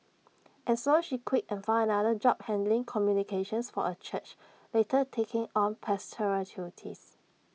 and so she quit and found another job handling communications for A church later taking on pastoral duties